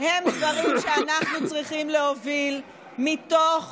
הם דברים שאנחנו צריכים להוביל מתוך